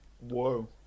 Whoa